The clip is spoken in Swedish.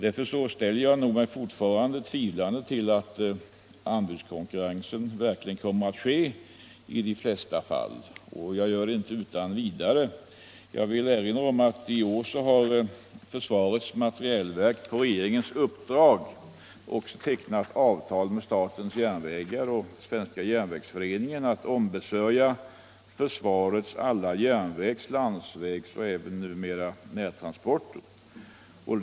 Därför ställer jag mig fortfarande tvivlande till att anbudskonkurrens verkligen kommer att ske i de flesta fall. Jag gör det inte utan skäl. Jag har erinrat om att försvarets materielverk på regeringens uppdrag i år har tecknat avtal med statens järnvägar och Svenska järnvägsföreningen att ombesörja försvarets alla järnvägs-, landsvägsoch numera även närtransporter.